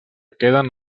queden